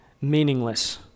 meaningless